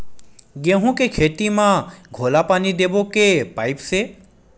गेहूं के खेती म घोला पानी देबो के पाइप से?